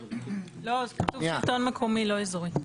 כתוב שלטון מקומי, לא אזורי.